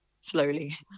slowly